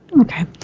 Okay